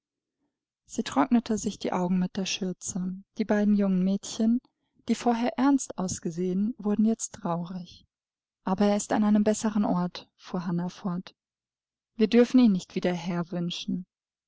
sie trocknete sich die augen mit der schürze die beiden jungen mädchen die vorher ernst ausgesehen wurden jetzt traurig aber er ist an einem bessern ort fuhr hannah fort wir dürfen ihn nicht wieder